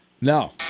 no